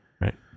right